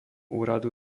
úradu